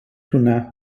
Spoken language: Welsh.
hwnna